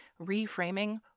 reframing